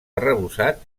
arrebossat